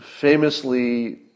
famously